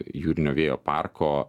jūrinio vėjo parko